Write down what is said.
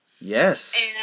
Yes